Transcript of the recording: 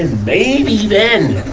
and maybe then,